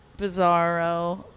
Bizarro